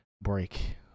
break